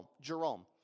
Jerome